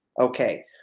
okay